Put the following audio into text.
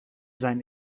sein